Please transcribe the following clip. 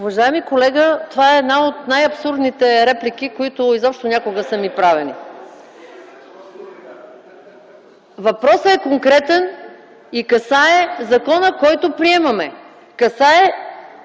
Уважаеми колега, това е една от най-абсурдните реплики, които изобщо някога са ми правени! (Оживление в ГЕРБ.) Въпросът е конкретен и касае закона, който приемаме - касае